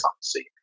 see